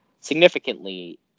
significantly